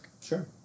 Sure